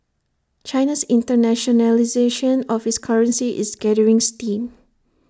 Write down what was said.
China's internationalisation of its currency is gathering steam